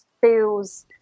feels